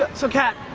so kat,